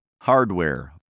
Hardware –